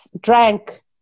drank